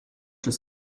das